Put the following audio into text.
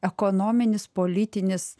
ekonominis politinis